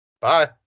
bye